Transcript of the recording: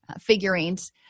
figurines